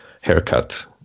haircut